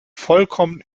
vollkommen